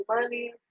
money